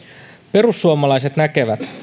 perussuomalaiset näkevät